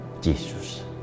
Jesus